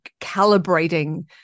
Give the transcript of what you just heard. calibrating